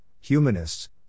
humanists